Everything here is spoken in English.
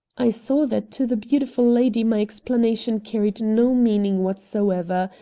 i saw that to the beautiful lady my explanation carried no meaning whatsoever,